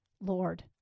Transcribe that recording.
Lord